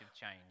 change